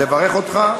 לברך אותך,